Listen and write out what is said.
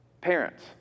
Parents